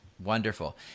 Wonderful